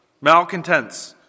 malcontents